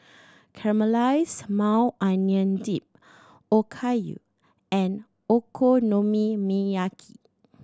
Caramelized Maui Onion Dip Okayu and Okonomiyaki